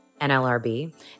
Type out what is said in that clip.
NLRB